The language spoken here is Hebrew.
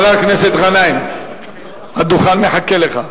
חבר הכנסת גנאים, הדוכן מחכה לך.